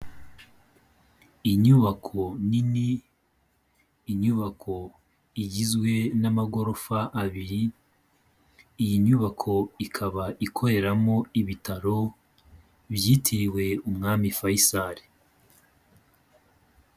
Inyubako nini, inyubako igizwe n'amagorofa abiri, iyi nyubako ikaba ikoreramo ibitaro, byitiriwe Umwami Faisal.